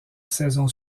saison